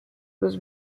was